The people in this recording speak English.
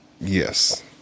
Yes